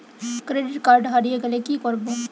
Credit card হারিয়ে গেলে কি করব?